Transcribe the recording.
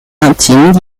intime